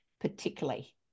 particularly